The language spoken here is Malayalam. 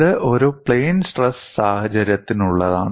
ഇത് ഒരു പ്ലയിൻ സ്ട്രെസ് സാഹചര്യത്തിനുള്ളതാണ്